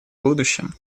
будущем